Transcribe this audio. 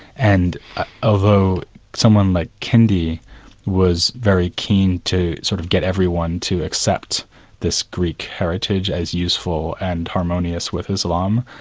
and although someone like kindi was very keen to sort of get everyone to accept this greek heritage as useful and harmonious with islam,